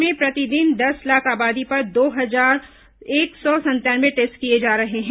प्रदेश में प्रतिदिन दस लाख आबादी पर दो हजार एक सौ संतानवे टेस्ट किए जा रहे हैं